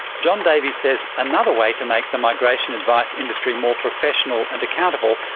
john davey says another way to make the migration advice industry more professional and accountable,